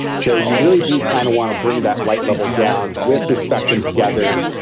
so, you really do kind of want to bring that light level down with the spectrum together.